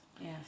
yes